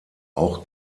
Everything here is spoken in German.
auch